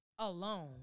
alone